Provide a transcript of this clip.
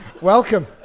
Welcome